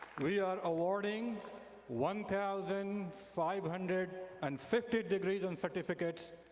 we are awarding one thousand five hundred and fifty degrees and certificates,